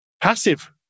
passive